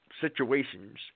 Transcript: situations